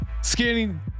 scanning